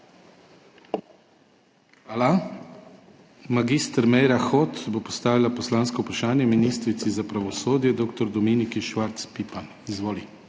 Hvala. Mag. Meira Hot bo postavila poslansko vprašanje ministrici za pravosodje dr. Dominiki Švarc Pipan. Izvoli.